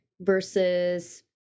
versus